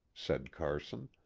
said carson,